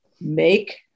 make